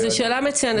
זו שאלה מצוינת.